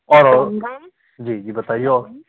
और और जी जी बताइए और